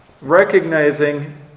recognizing